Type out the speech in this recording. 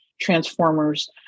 transformers